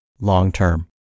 long-term